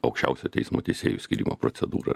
aukščiausiojo teismo teisėjų skyrimo procedūra